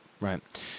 right